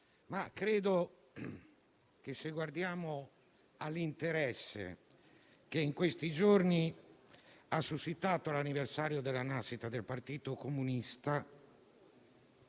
Presidente, se guardiamo all'interesse che in questi giorni ha suscitato l'anniversario della nascita del Partito Comunista,